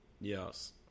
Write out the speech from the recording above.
Yes